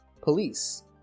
police